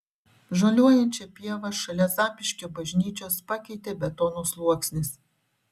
žaliuojančią pievą šalia zapyškio bažnyčios pakeitė betono sluoksnis